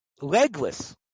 legless